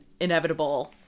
inevitable